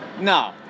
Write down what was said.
no